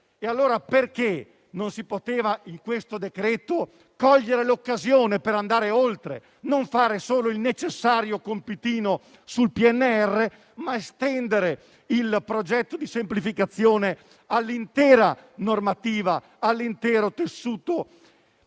allora, non si è colto questo decreto come occasione per andare oltre, non solo facendo il necessario compitino sul PNRR, ma estendendo il progetto di semplificazione all'intera normativa e all'intero tessuto